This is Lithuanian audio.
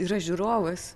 yra žiūrovas